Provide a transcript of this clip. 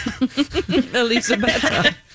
Elisabetta